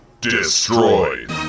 destroyed